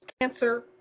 cancer